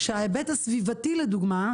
ההיבט הסביבתי לדוגמה,